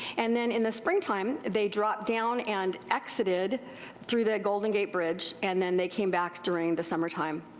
and then in the springtime, they dropped down and exited through the golden gate bridge and then they came back during the summertime.